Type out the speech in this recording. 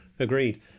Agreed